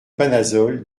panazol